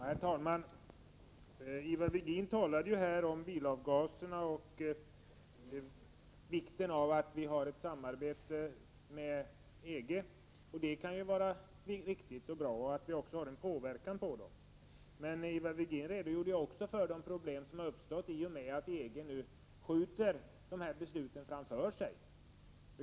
Herr talman! Ivar Virgin talade om bilavgaserna och vikten av att ha ett samarbete med EG. Det kan vara riktigt och bra. Det gäller också att kunna påverka EG. Men Ivar Virgin redogjorde även för de problem som har uppstått i och med att EG nu skjuter dessa beslut framför sig.